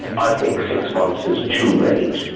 i think six months is too late.